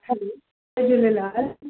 hello जय झूलेलाल